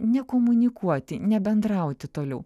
nekomunikuoti nebendrauti toliau